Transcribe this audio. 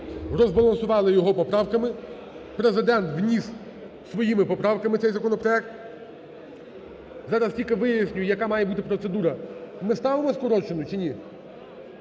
розбалансували його поправками. Президент вніс зі своїми поправками цей законопроект. Зараз тільки виясню, яка має бути процедура. Ми ставимо скорочену, чи ні?